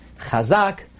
Chazak